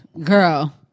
Girl